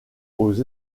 aux